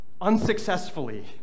unsuccessfully